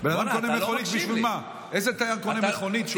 בשביל מה בן אדם קונה מכונית?